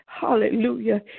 Hallelujah